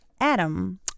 Adam